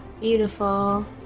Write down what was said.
beautiful